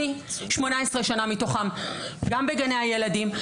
18 שנה מתוכן גם בגני הילדים,